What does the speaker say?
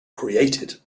created